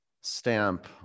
stamp